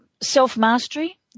Self-mastery